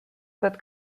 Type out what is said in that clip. both